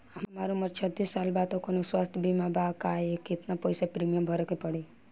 हमार उम्र छत्तिस साल बा त कौनों स्वास्थ्य बीमा बा का आ केतना पईसा प्रीमियम भरे के पड़ी?